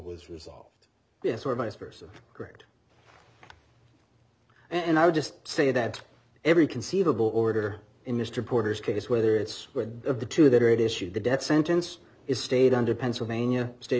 was resolved yes or vice versa correct and i would just say that every conceivable order in mr porter's case whether it's of the two that or it issued the death sentence is stayed under pennsylvania sta